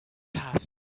passed